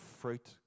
fruit